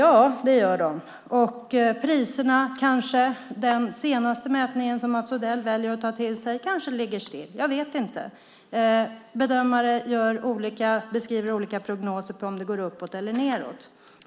Ja, det gör de, och priserna likaså. Enligt den senaste mätning som Mats Odell väljer att ta till sig ligger de kanske still, jag vet inte. Bedömare gör olika prognoser, om de går uppåt eller nedåt.